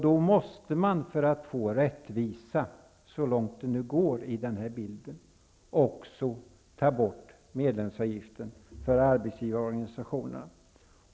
Då måste man, för att få rättvisa så långt det går, också ta bort medlemsavgiften för arbetsgivarorganisationerna.